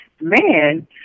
man